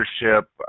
leadership